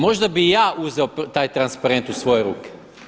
Možda bih i ja uzeo taj transparent u svoje ruke.